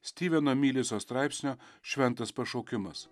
stiveno myliso straipsnio šventas pašaukimas